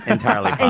Entirely